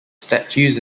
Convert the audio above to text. statues